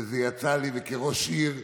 וזה יצא לי, כראש עיר,